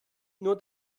nur